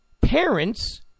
Parents